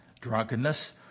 drunkenness